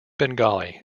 bengali